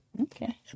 Okay